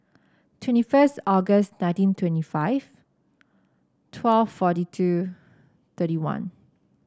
twenty first August nineteen twenty five twelve forty two thirty one